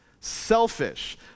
selfish